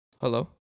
Hello